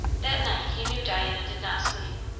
that night he knew diana did not sleep.